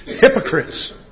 hypocrites